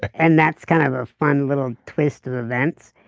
and that's kind of a fun little twist of events,